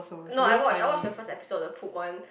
no I watch I watch the first episode the pool one